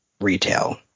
retail